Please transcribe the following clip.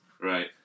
Right